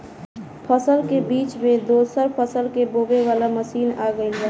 फसल के बीच मे दोसर फसल के बोवे वाला मसीन आ गईल बा